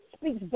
speaks